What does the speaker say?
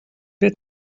bit